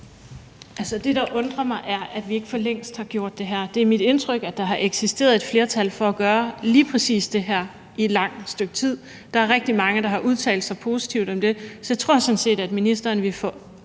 Det, der undrer mig, er, at vi ikke for længst har gjort det her. Det er mit indtryk, at der har eksisteret et flertal for at gøre lige præcis det her i et langt stykke tid. Der er rigtig mange, der har udtalt sig positivt om det, så jeg tror sådan set, at ministeren vil få